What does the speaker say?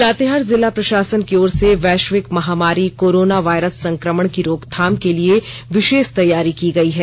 लातेहार जिला प्रशासन की ओर से वैष्विक महामारी कोरोना वायरस संकमण के रोकथाम को लिए विशेष तैयारी की गई है